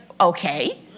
Okay